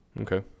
Okay